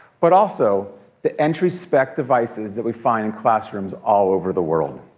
but also the entry spec devices that we find in classrooms all over the world.